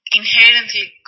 inherently